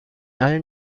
allen